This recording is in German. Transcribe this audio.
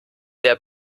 der